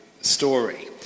story